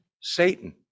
Satan